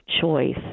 choice